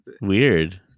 weird